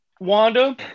Wanda